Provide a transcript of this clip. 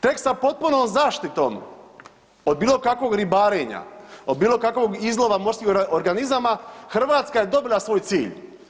Tek sa potpunom zaštitom od bilo kakvog ribarenja, od bilo kakvog izlova morskih organizama, Hrvatska je dobila svoj cilj.